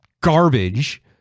garbage